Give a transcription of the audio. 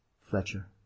fletcher